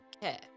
care